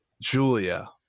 Julia